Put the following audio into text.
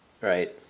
right